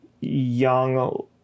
young